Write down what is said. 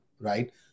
right